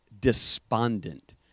despondent